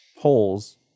holes